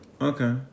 Okay